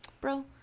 bro